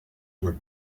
were